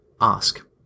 ask